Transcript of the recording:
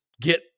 get